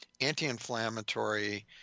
anti-inflammatory